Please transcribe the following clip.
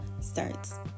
starts